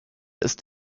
ist